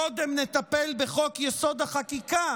קודם נטפל בחוק-יסוד: החקיקה,